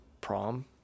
prom